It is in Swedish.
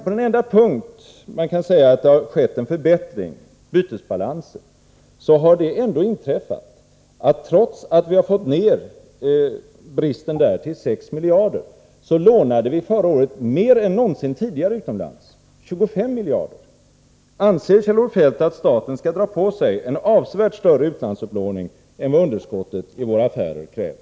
På den enda punkt man kan säga att det skett en förbättring, bytesbalansen, har det ändå inträffat att trots att vi fått ner bristen till 6 miljarder lånade vi förra året mer än någonsin tidigare utomlands, nämligen 25 miljarder. Anser Kjell-Olof Feldt att staten skall dra på sig en avsevärt större utlandsupplåning än vad underskottet i våra affärer kräver?